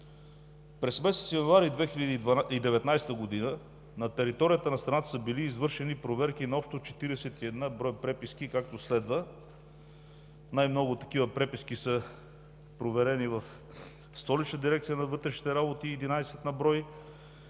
През месец януари 2019 г. на територията на страната са били извършени проверки на общо 41 преписки, както следва: най-много такива преписки са проверени в Столична дирекция на вътрешните работи – 11 на брой,